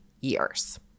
years